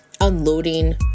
unloading